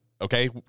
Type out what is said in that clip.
Okay